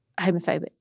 homophobic